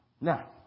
Now